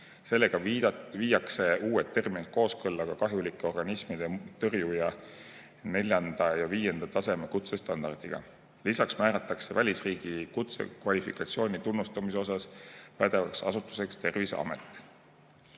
Sellega viiakse uued terminid kooskõlla kahjulike organismide tõrjuja neljanda ja viienda taseme kutsestandardiga. Lisaks määratakse välisriigi kutsekvalifikatsiooni tunnustamisel pädevaks asutuseks